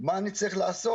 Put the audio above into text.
מה אני צריך לעשות?